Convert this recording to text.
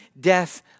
death